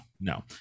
no